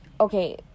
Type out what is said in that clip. okay